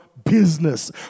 business